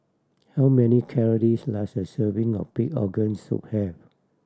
how many calories does a serving of pig organ soup have